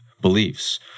beliefs